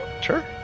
Sure